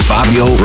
Fabio